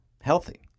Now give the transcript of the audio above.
healthy